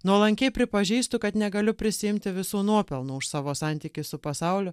nuolankiai pripažįstu kad negaliu prisiimti visų nuopelnų už savo santykį su pasauliu